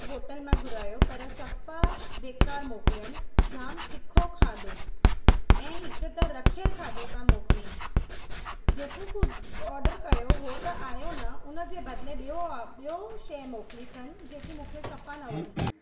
hotel मां घुरायो पर सफ़ा बेकार मोकिलियनि जामु तिखो खाधो ऐं हिक त रखियल खाधो त मोकिलीनि जेको को ऑडर कयो हो त आयो न हुनजे बदिले ॿियो ॿियो शइ मोकिली अथनि जेकी मूंखे सफ़ा न वणी